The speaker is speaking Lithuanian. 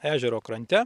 ežero krante